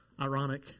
ironic